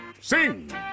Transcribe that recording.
sing